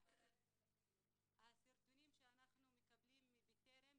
הסרטונים שאנחנו מקבלים מ'בטרם',